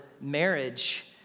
marriage